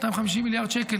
כ-250 מיליארד שקל.